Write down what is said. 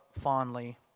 fondly